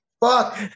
fuck